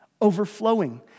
overflowing